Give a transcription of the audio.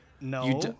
No